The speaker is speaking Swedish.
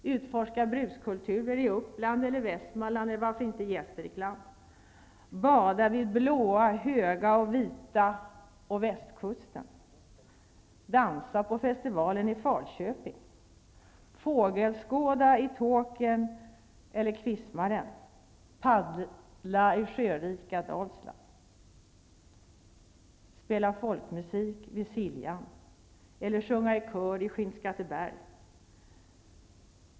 Utforska brukskulturer i Uppland eller Västmanland eller varför inte Gästrikland. Bada vid blåa, höga och vita kusten och västkusten. Dansa på festivalen i Paddla i sjörika Dalsland. Spela folkmusik vid Siljan eller sjunga i kör i Skinnskatteberg.